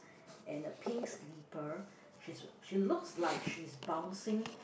and a pink slipper she's she looks like she's bouncing